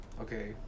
Okay